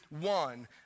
one